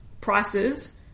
prices